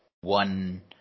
one